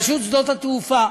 רשות שדות התעופה: